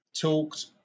talked